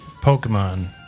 Pokemon